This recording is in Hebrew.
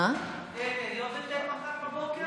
דרעי לא ביטל מחר בבוקר?